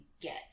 get